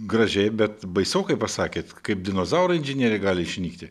gražiai bet baisokai pasakėt kaip dinozaurai inžinieriai gali išnykti